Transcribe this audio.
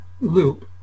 loop